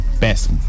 best